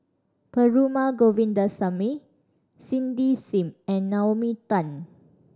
Perumal Govindaswamy Cindy Sim and Naomi Tan